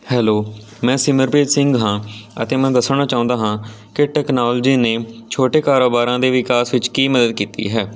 hello ਮੈਂ ਸਿਮਰਪ੍ਰੀਤ ਸਿੰਘ ਹਾਂ ਅਤੇ ਮੈਂ ਦੱਸਣਾ ਚਾਹੁੰਦਾ ਹਾਂ ਕਿ ਟੈਕਨੋਲਜੀ ਨੇ ਛੋਟੇ ਕਾਰੋਬਾਰਾਂ ਦੇ ਵਿਕਾਸ ਵਿੱਚ ਕੀ ਮਦਦ ਕੀਤੀ ਹੈ